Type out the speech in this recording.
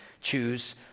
choose